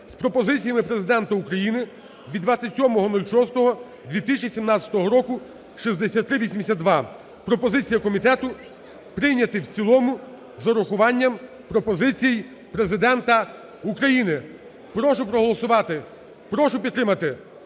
з пропозиціями Президента України від 27.06.2017 року (6382). Пропозиція комітету: прийняти в цілому з урахуванням пропозицій Президента України. Прошу проголосувати. Прошу підтримати.